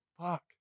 Fuck